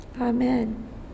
Amen